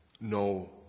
no